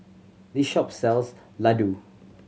this shop sells laddu